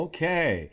Okay